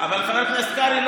אבל חבר הכנסת קרעי,